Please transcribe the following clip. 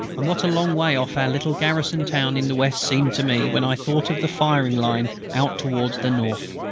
and what a long way off our little garrison town in the west seemed to me when i thought of the firing line out towards the north!